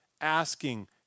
asking